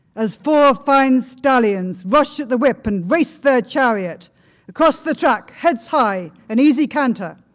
as four fine stallions rush the whip and race their chariot across the track, heads high, an easy canter.